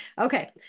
Okay